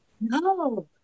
no